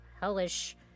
hellish